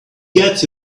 gets